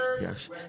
yes